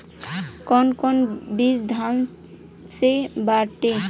कौन कौन बिज धान के बाटे?